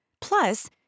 Plus